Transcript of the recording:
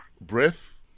Breath